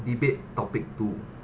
debate topic two